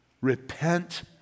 Repent